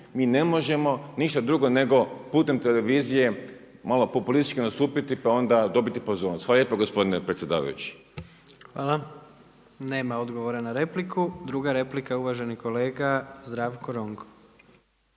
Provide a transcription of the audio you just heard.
mi ne možemo ništa drugo nego putem televizije, malo populistički nastupiti pa dobiti pozornost. Hvala lijepa gospodine predsjedavajući. **Jandroković, Gordan (HDZ)** Hvala. Nema odgovora na repliku. Druga replika uvaženi kolega Zdravko Ronko.